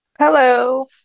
Hello